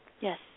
Yes